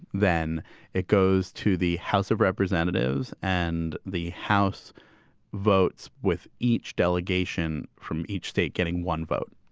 then it goes to the house of representatives and the house votes with each delegation from each state getting one vote.